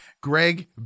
greg